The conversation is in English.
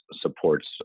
supports